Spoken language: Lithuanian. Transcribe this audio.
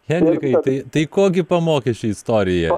henrikai tai tai ko gi pamokė ši istorija